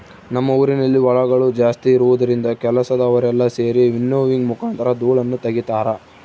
ನಮ್ಮ ಊರಿನಲ್ಲಿ ಹೊಲಗಳು ಜಾಸ್ತಿ ಇರುವುದರಿಂದ ಕೆಲಸದವರೆಲ್ಲ ಸೆರಿ ವಿನ್ನೋವಿಂಗ್ ಮುಖಾಂತರ ಧೂಳನ್ನು ತಗಿತಾರ